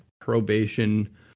probation